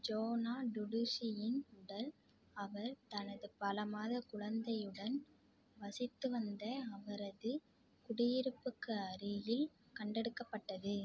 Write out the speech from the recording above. ஜோனா டுடுஷியின் உடல் அவர் தனது பல மாத குழந்தையுடன் வசித்து வந்த அவரது குடியிருப்புக்கு அருகில் கண்டெடுக்கப்பட்டது